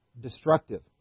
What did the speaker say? destructive